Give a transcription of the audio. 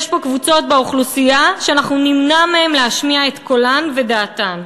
יש פה קבוצות באוכלוסייה שנמנע מהן להשמיע את קולן ואת דעתן.